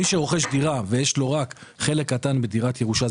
מי שרוכש דירה ויש לו רק חלק קטן בדירת ירושה,